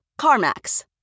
CarMax